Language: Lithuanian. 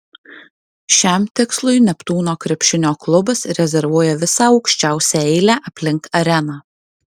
šiam tikslui neptūno krepšinio klubas rezervuoja visą aukščiausią eilę aplink areną